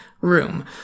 room